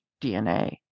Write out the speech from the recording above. DNA